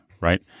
right